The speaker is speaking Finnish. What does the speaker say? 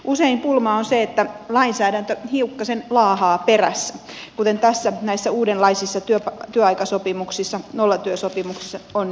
usein pulma on se että lainsäädäntö hiukkasen laahaa perässä mistä näissä uudenlaisissa työaikasopimuksissa nollatyösopimuksissa on nyt kyse